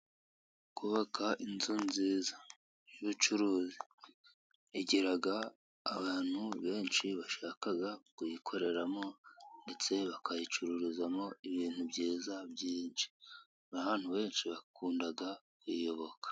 Kubaka inzu nziza y'ubucuruzi. Igira abantu benshi bashakaga kuyikoreramo ndetse bakayicururizamo ibintu byiza byinshi, abantu benshi bakunda kuyiyoboka.